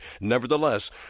Nevertheless